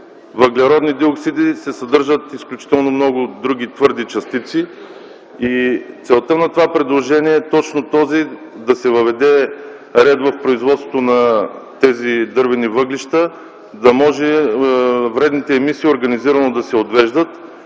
въглеродни диоксиди, се съдържат изключително много други твърди частици. Целта на това предложение е да се въведе ред в производството на дървени въглища, за да може вредните емисии организирано да се отвеждат